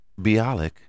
Bialik